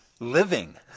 Living